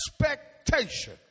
expectation